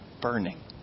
burning